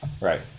Right